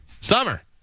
Summer